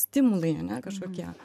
stimulai ane kažkokie